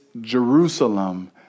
Jerusalem